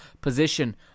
position